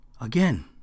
Again